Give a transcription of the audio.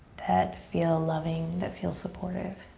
that feel loving, that feel supportive